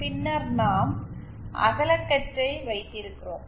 பின்னர் நாம் அகலகற்றை வைத்திருக்கிறோம்